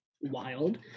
wild